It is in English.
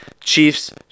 Chiefs